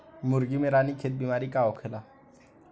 मुर्गी में रानीखेत बिमारी का होखेला?